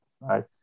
right